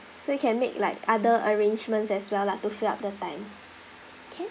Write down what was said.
so you can make like other arrangements as well lah to fill up the time can